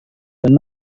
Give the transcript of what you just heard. dan